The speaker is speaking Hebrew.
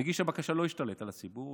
מגיש הבקשה לא השתלט על הציבור,